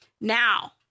Now